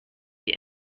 die